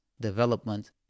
Development